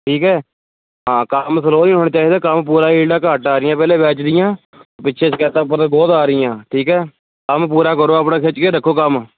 ਠੀਕ ਹੈ ਹਾਂ ਕੰਮ ਸਲੋਅ ਨਹੀਂ ਹੋਣਾ ਚਾਹੀਦਾ ਕੰਮ ਪੂਰਾ ਘੱਟ ਆ ਰਹੀਆਂ ਪਹਿਲੇ ਬੈਚ ਦੀਆਂ ਪਿੱਛੇ ਸ਼ਿਕਾਇਤਾਂ ਉੱਪਰ ਤੋਂ ਬਹੁਤ ਆ ਰਹੀਆਂ ਠੀਕ ਹੈ ਕੰਮ ਪੂਰਾ ਕਰੋ ਆਪਣਾ ਖਿੱਚ ਕੇ ਰੱਖੋ ਕੰਮ